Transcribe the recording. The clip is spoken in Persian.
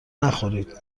نخورید